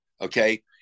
Okay